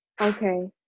Okay